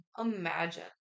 Imagine